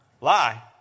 Lie